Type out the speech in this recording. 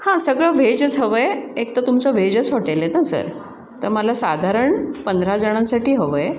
हां सगळं व्हेजच हवं आहे एक तर तुमचं व्हेजच हॉटेल आहे ना सर तर मला साधारण पंधरा जणांसाठी हवं आहे